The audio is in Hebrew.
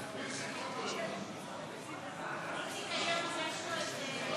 ההסתייגות (29) של קבוצת סיעת מרצ וקבוצת סיעת